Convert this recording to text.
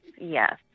yes